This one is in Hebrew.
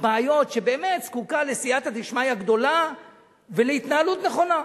הבעיות שבאמת זקוקה לסייעתא דשמיא גדולה ולהתנהלות נכונה.